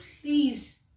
please